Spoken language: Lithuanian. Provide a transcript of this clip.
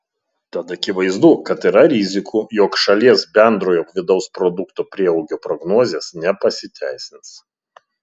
tad akivaizdu kad yra rizikų jog šalies bendrojo vidaus produkto prieaugio prognozės nepasiteisins